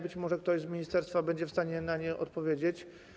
Być może ktoś z ministerstwa będzie w stanie na nie odpowiedzieć.